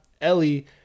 Ellie